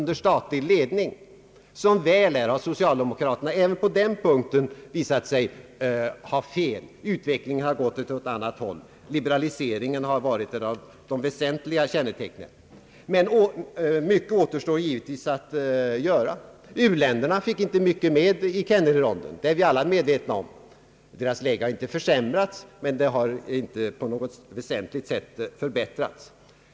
Som väl är har det visat sig att socialdemokraterna fått fel även på den punkten utvecklingen har gått åt ett annat håll, liberaliseringen har varit ett av de väsentliga kännetecknen. Men mycket återstår givetvis att göra. U-länderna fick inte mycket med i Kennedyronden, det är vi alla medvetna om; deras läge har inte försämrats, men det har inte på något väsentligt sätt förbättrats.